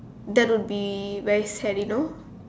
that will be very sad you know